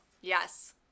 yes